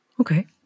Okay